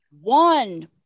One